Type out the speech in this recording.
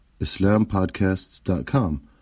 islampodcasts.com